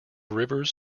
rivers